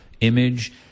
image